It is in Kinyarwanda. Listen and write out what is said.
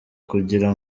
kugira